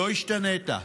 לא השתנית.